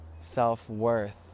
self-worth